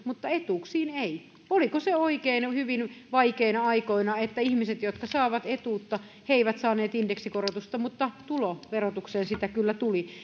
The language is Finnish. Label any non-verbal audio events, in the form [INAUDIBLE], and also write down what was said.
[UNINTELLIGIBLE] mutta etuuksiin ei oliko se hyvin vaikeina aikoina oikein että ihmiset jotka saivat etuutta eivät saaneet indeksikorotusta mutta tuloverotukseen sitä kyllä tuli